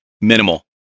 minimal